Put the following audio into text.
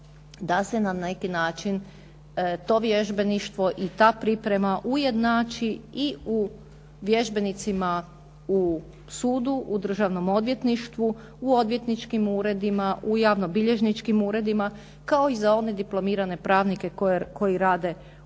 da se na neki način to vježbeništvo i ta priprema ujednači i u vježbenicima u sudu, u državnom odvjetništvu, u odvjetničkim uredima, u javnobilježničkim uredima kao i za one diplomirane pravnike koji rade u gospodarstvu